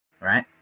right